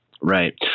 Right